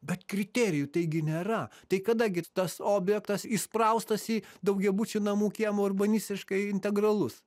bet kriterijų taigi nėra tai kada gi tas objektas įspraustas į daugiabučių namų kiemą urbanistiškai integralus